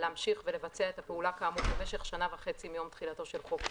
להמשיך ולבצע את הפעולה כאמור במשך שנה וחצי מיום תחילתו של חוק זה,